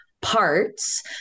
parts